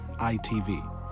ITV